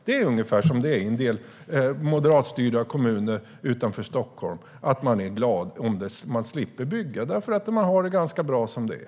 Det är ungefär som det är i en del moderatstyrda kommuner utanför Stockholm: Man är glad om man slipper bygga, för man har det ganska bra som det är.